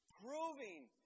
Proving